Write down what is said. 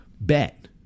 bet